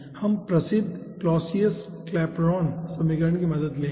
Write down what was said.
हम प्रसिद्ध Clausius Clapeyron समीकरण की मदद लेंगे